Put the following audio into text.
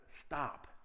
stop